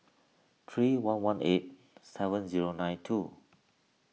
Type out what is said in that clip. three one one eight seven zero nine two